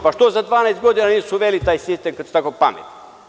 Pa, što za 12 godina nisu uveli taj sistem kad su tako pametni?